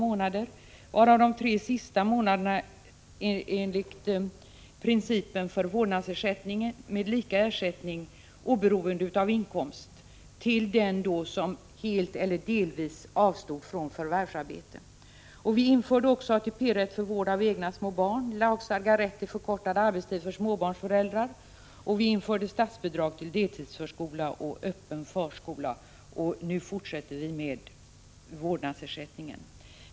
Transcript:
Ersättningen under de tre sista av dessa månader utformades enligt principen för vårdnadsersättningen, dvs. med lika ersättning oberoende av inkomst, till den som helt eller delvis avstår från förvärvsarbete. Vi införde också ATP-rätt för vård av egna små barn, lagstadgad rätt till förkortad arbetstid för småbarnsföräldrar samt statsbidrag till deltidsförskola och öppen förskola. Nu fortsätter vi med förslag beträffande vårdnadsersättningen.